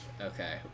Okay